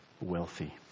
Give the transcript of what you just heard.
wealthy